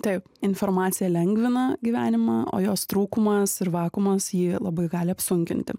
taip informacija lengvina gyvenimą o jos trūkumas ir vakuumas jį labai gali apsunkinti